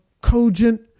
cogent